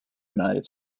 united